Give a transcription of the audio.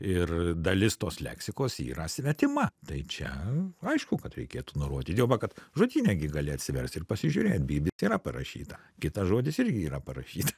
ir dalis tos leksikos yra svetima tai čia aišku kad reikėtų nurodyti juoba kad žodyne gi gali atsiverst ir pasižiūrėt bybya yra parašyta kitas žodis irgi yra parašyt